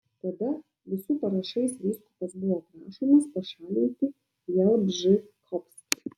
tada visų parašais vyskupas buvo prašomas pašalinti jalbžykovskį